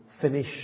finish